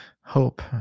hope